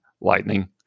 lightning